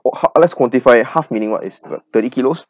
ha~ let's quantify it half meaning what it's the thirty kilos